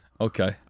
Okay